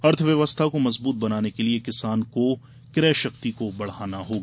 अर्थ व्यवस्था को मजबूत बनाने के लिये किसान की क्रय शक्ति को बढ़ाना होगा